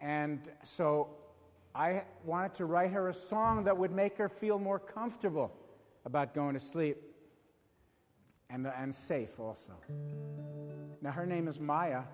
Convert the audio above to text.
and so i wanted to write her a song that would make her feel more comfortable about going to sleep and safe also now her name is ma